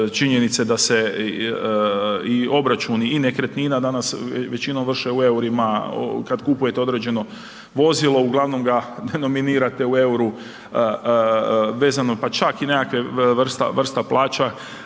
činjenice da se i obračuni i nekretnina danas većinom vrše u EUR-ima, kad kupujete određeno vozilo uglavnom ga denominirate u EUR-u, vezano pa čak i nekakve vrsta plaća